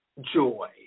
joy